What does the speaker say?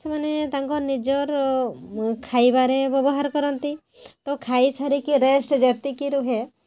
ସେମାନେ ତାଙ୍କ ନିଜର ଖାଇବାରେ ବ୍ୟବହାର କରନ୍ତି ତ ଖାଇ ସାରିକି ରେଷ୍ଟ ଯେତିକି ରୁହେ